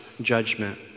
judgment